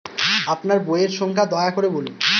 আপনার বইয়ের সংখ্যা দয়া করে বলুন?